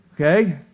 okay